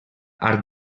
art